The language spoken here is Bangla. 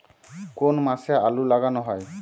কোন মাসে আলু লাগানো হয়?